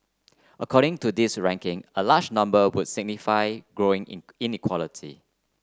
according to this ranking a larger number would signify growing in inequality